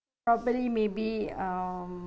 probably maybe um